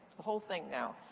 the whole thing now.